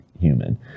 human